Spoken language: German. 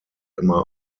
immer